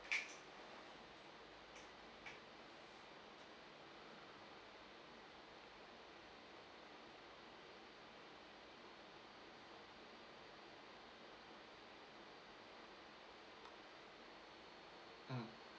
mm